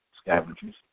scavengers